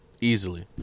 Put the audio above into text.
easily